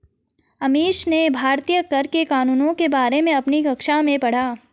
अमीश ने भारतीय कर के कानूनों के बारे में अपनी कक्षा में पढ़ा